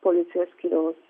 policijos skyriaus